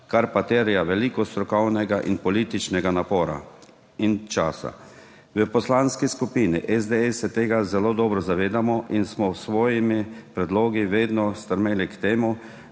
kar pa terja veliko strokovnega in političnega napora in časa. V Poslanski skupini SDS se tega zelo dobro zavedamo in smo s svojimi predlogi vedno stremeli k temu,